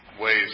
ways